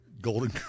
Golden